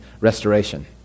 restoration